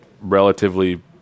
relatively